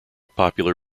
popular